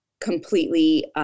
completely